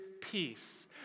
peace